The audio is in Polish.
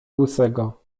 łysego